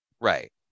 Right